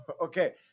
Okay